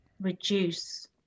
reduce